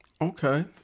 Okay